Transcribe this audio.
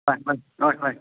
ꯍꯣꯏ ꯍꯣꯏ ꯍꯣꯏ ꯍꯣꯏ